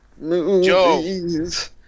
Movies